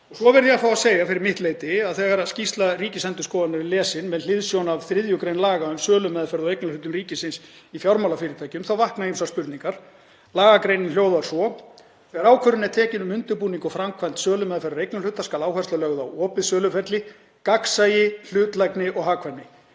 Svo verð ég að fá að segja, fyrir mitt leyti, að þegar skýrsla Ríkisendurskoðunar er lesin með hliðsjón af 3. gr. laga um sölumeðferð á eignarhlutum ríkisins í fjármálafyrirtækjum, þá vakna ýmsar spurningar. Lagagreinin hljóðar svo, með leyfi forseta: „Þegar ákvörðun er tekin um undirbúning og framkvæmd sölumeðferðar eignarhluta skal áhersla lögð á opið söluferli, gagnsæi, hlutlægni og hagkvæmni.